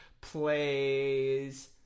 plays